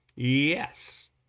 Yes